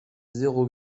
zéro